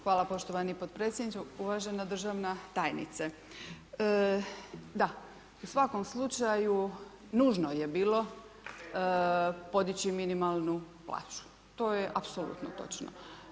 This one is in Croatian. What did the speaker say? Hvala poštovani podpredsjedniče, uvažena državna tajnice, da u svakom slučaju nužno je bilo podići minimalnu plaću, to je apsolutno točno.